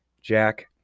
Jack